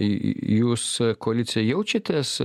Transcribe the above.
jūs koalicija jaučiatės